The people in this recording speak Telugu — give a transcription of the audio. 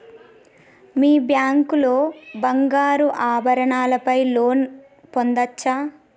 మీ బ్యాంక్ లో బంగారు ఆభరణాల పై లోన్ పొందచ్చా?